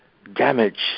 damage